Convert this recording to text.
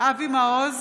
אבי מעוז,